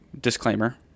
disclaimer